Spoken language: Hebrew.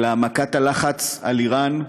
של העמקת הלחץ על איראן,